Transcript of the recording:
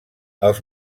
els